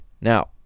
Now